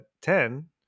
ten